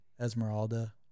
Esmeralda